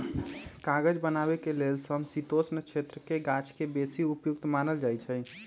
कागज बनाबे के लेल समशीतोष्ण क्षेत्रके गाछके बेशी उपयुक्त मानल जाइ छइ